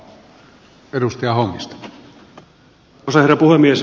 arvoisa herra puhemies